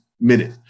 minute